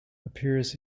appears